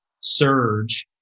surge